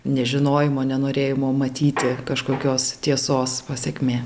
nežinojimo nenorėjimo matyti kažkokios tiesos pasekmė